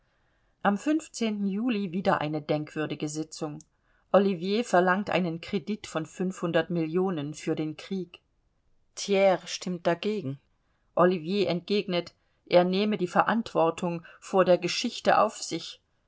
am juli wieder eine denkwürdige sitzung ollivier verlangt einen kredit von fünfhundert millionen für den krieg thiers stimmt dagegen ollivier entgegnet er nehme die verantwortung vor der geschichte auf sich